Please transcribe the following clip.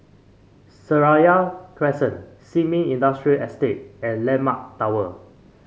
Seraya Crescent Sin Ming Industrial Estate and landmark Tower